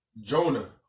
Jonah